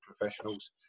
professionals